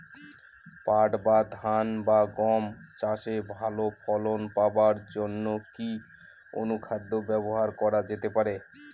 পাট বা ধান বা গম চাষে ভালো ফলন পাবার জন কি অনুখাদ্য ব্যবহার করা যেতে পারে?